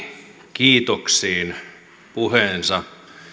kiitoksiin puheensa